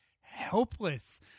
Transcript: helpless